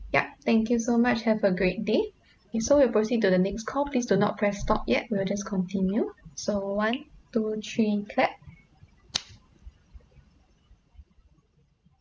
yup thank you so much have a great day kay so we'll proceed to the next call please do not press stop yet we'll just continue so one two three clap